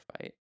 fight